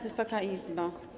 Wysoka Izbo!